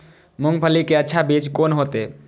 मूंगफली के अच्छा बीज कोन होते?